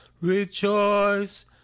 Rejoice